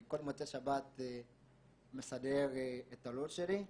אני כל מוצאי שבת מסדר את הלו"ז שלי.